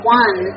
one